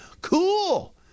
Cool